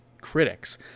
critics